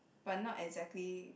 but not exactly